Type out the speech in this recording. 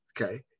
Okay